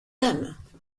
dames